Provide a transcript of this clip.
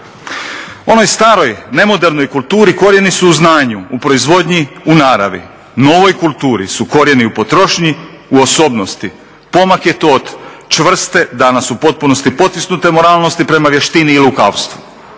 Onoj staroj nemodernoj kulturi korijeni su u znanju, u proizvodnji, u naravi. Novoj kulturi su korijeni u potrošnji, u osobnosti. Pomak je to od čvrste, danas u potpunosti potisnute moralnosti prema vještini i lukavstvu.